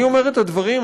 אני אומר את הדברים,